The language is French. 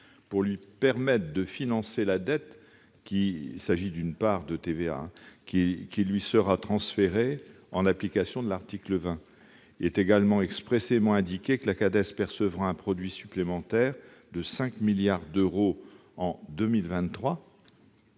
à cette caisse de financer la dette qui lui sera transférée en application de l'article 20. Enfin, il est expressément indiqué que la CADES percevra un produit supplémentaire de 5 milliards d'euros en 2023-